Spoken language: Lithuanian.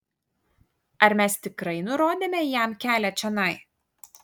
ar mes tikrai nurodėme jam kelią čionai